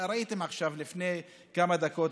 ראיתם לפני כמה דקות,